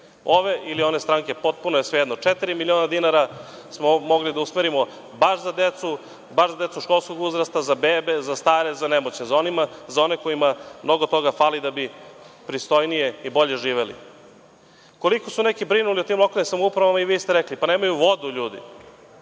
ove ili one stranke, potpuno je svejedno, četiri miliona dinara smo mogli da usmerimo baš za decu, baš za decu školskog uzrasta, za bebe, za stare, za nemoćne, za one kojima mnogo toga fali da bi pristojnije i bolje živeli. Koliko su neki brinuli o tim lokalnim samoupravama i vi ste rekli, ljudi nemaju vodu u